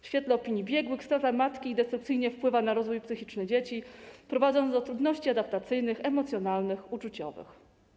W świetle opinii biegłych strata matki destrukcyjnie wpływa na rozwój psychiczny dzieci, prowadząc do trudności adaptacyjnych, emocjonalnych, uczuciowych.